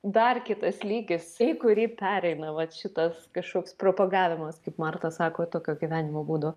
dar kitas lygis kurį pereina vat šitas kažkoks propagavimas kaip marta sako tokio gyvenimo būdo